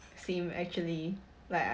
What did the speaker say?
same actually like